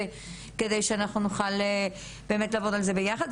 על מנת שאנחנו נוכל באמת לעבוד על זה ביחד.